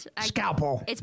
Scalpel